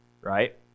Right